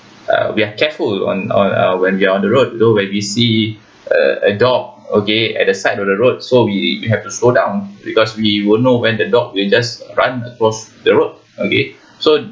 uh we are careful on on uh when we on the road you know when we see a a dog okay at the side of the road so we have to slow down because we won't know when the dog will just run across the road okay so